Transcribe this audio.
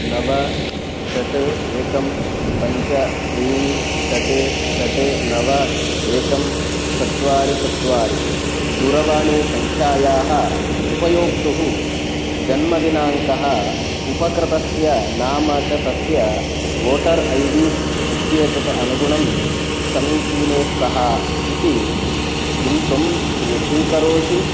नव षट् एकं पञ्च त्रीणि षट् षट् नव एकं चत्वारि चत्वारि दूरवाणीसङ्ख्यायाः उपयोक्तुः जन्मदिनाङ्कः उपकृतस्य नाम च तस्य वोटर् ऐ डी इत्येतत् अनुगुणं समीचीने स्तः इति किं त्वं दृढीकरोषि